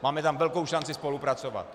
Máme tam velkou šanci spolupracovat.